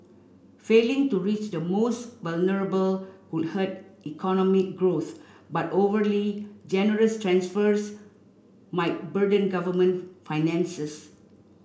failing to reach the most vulnerable could hurt economic growth but overly generous transfers might burden government finances